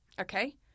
Okay